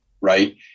right